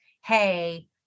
hey